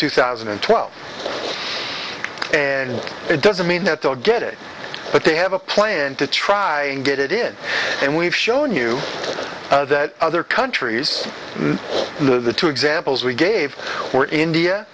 two thousand and twelve and it doesn't mean that they'll get it but they have a plan to try get it in and we've shown you other countries the two examples we gave were india